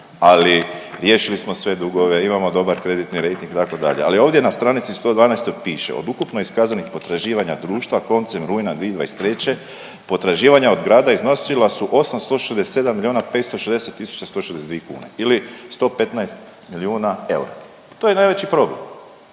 ali riješili smo sve dugove, imamo dobar kreditni rejting itd.. Ali ovdje na stranici 112 piše, od ukupno iskazanih potraživanja društva koncem rujna 2023. potraživanja od grada iznosila su 867 milijuna 560 tisuća 162 kune ili 115 milijuna eura, to je najveći problem